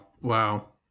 Wow